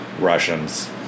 Russians